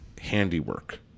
handiwork